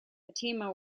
fatima